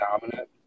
dominant